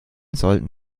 sollten